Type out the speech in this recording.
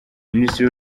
minisitiri